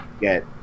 get